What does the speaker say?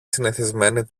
συνηθισμένη